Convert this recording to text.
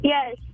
Yes